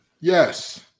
Yes